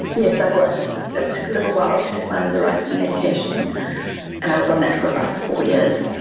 yes, i was. it took a little while to find the right medication and i was on that for about four years.